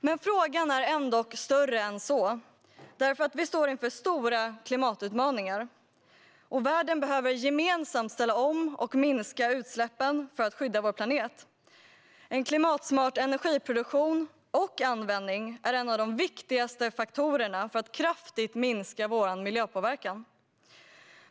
Men frågan är dock större än så, eftersom vi står inför stora klimatutmaningar. Världen behöver gemensamt ställa om och minska utsläppen för att skydda vår planet. En klimatsmart energiproduktion och användning är en av de viktigaste faktorerna för att kraftigt minska vår miljöpåverkan.